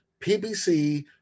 pbc